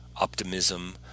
optimism